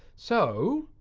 so